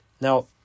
Now